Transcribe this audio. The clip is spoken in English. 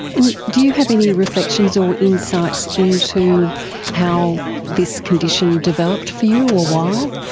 and do you have any reflections or insights into how this condition developed for you or why?